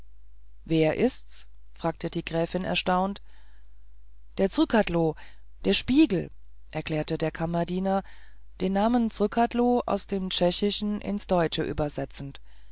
wer ist's fragte die gräfin erstaunt der zrcadlo der spiegel erklärte der kammerdiener den namen zrcadlo aus dem tschechischen ins deutsche übersetzend